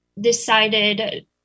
decided